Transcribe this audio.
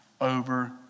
over